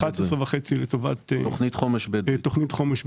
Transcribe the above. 11.5 מיליון לטובת תוכנית חומש לבדואים.